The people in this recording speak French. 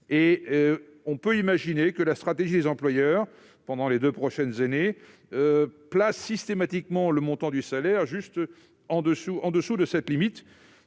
; on peut donc imaginer que la stratégie des employeurs consiste, pendant les deux prochaines années, à fixer systématiquement le montant des salaires juste au-dessous de cette limite.